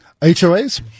HOAs